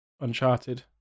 uncharted